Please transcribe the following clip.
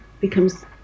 becomes